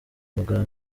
ubwa